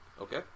Okay